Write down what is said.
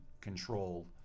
control